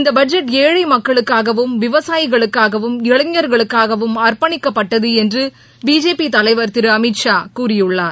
இந்த பட்ஜெட் ஏழை மக்களுக்காகவும் விவசாயிகளுக்காகவும் இளைஞா்களுக்காகவும் அர்ப்பணிக்கப்பட்டது என்று பிஜேபி தலைவர் திரு அமித்ஷா கூறியுள்ளார்